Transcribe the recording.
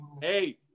hey